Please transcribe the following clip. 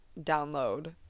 download